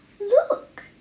Look